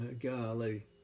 Golly